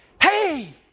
hey